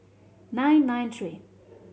nine nine three